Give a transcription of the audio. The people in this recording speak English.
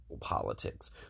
politics